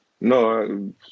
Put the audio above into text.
no